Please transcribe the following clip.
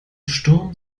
sturm